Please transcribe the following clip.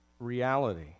Reality